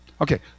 okay